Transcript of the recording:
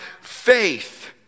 faith